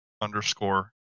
underscore